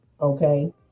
okay